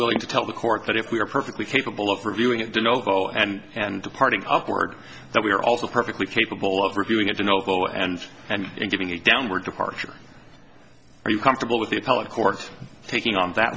willing to tell the court that if we are perfectly capable of reviewing it to novell and departing upward that we are also perfectly capable of reviewing it to know the law and and giving a downward departure are you comfortable with the appellate court's taking on that